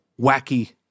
wacky